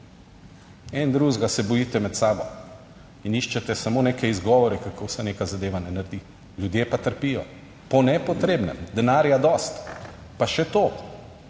En drugega se bojite med sabo in iščete samo neke izgovore kako se neka zadeva ne naredi, ljudje pa trpijo. Po nepotrebnem, denarja dosti. Pa še to.